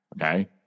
Okay